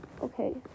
okay